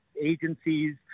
agencies